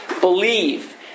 believe